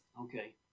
Okay